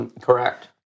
Correct